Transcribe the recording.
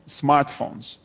smartphones